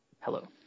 Hello